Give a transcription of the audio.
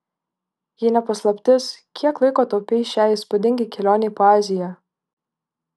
jei ne paslaptis kiek laiko taupei šiai įspūdingai kelionei po aziją